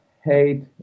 hate